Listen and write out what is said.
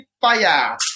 fire